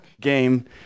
game